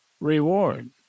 reward